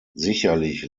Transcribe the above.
sicherlich